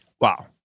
Wow